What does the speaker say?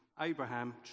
Abraham